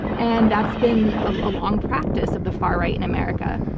and that's been a long practice of the far right in america.